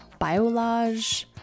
biolage